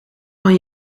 van